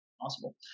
possible